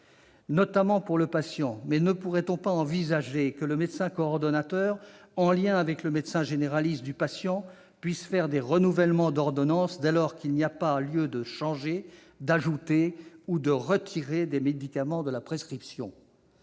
notamment pour le patient. Mais ne pourrait-on pas envisager que le médecin coordonnateur, en lien avec le médecin généraliste, puisse faire des renouvellements d'ordonnance dès lors qu'il n'y a pas lieu de changer la prescription, d'y ajouter ou d'en retirer des médicaments ? Il y a